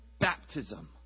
baptism